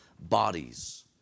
bodies